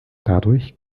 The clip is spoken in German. dadurch